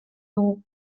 dugu